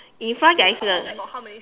in front there is a